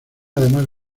además